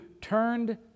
turned